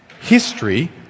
History